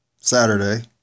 Saturday